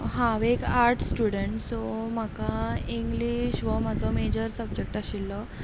हांव एक आट स्टुडंट सो म्हाका इंग्लीश हो म्हाजो मेजर सबजेक्ट आशिल्लो